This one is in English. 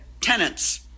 tenants